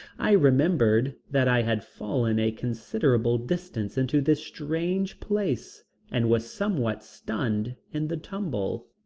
i remembered that i had fallen a considerable distance into this strange place and was somewhat stunned in the tumble.